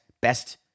best